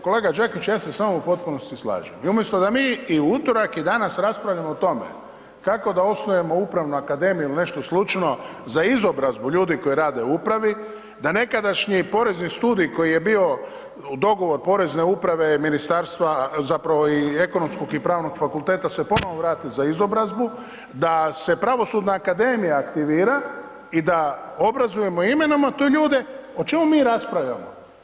Kolega Đakić, ja se s vama u potpunosti slažem i umjesto da mi i utorak i danas raspravljamo o tome kako da osnujemo upravnu akademiju ili nešto slično za izobrazbu ljudi koji rade u upravi, da nekadašnji porezni studij koji je bio u dogovoru porezne uprave i ministarstva, zapravo i Ekonomskog i Pravnog fakulteta se ponovno vrati za izobrazbu, da se Pravosudna akademija aktivira i da obrazujemo i imenujemo te ljude, o čemu mi raspravljamo?